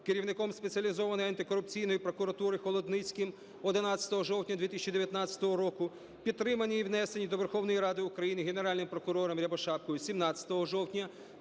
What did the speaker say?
керівником Спеціалізованої антикорупційної прокуратури Холодницьким 11 жовтня 2019 року, підтримані і внесені до Верховної Ради України Генеральним прокурором Рябошапкою 17 жовтня 2019 року,